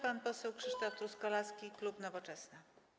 Pan poseł Krzysztof Truskolaski, klub Nowoczesna.